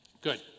good